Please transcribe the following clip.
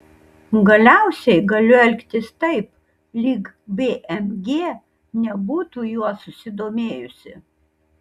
galiausiai galiu elgtis taip lyg bmg nebūtų juo susidomėjusi